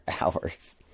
hours